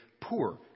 poor